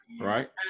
Right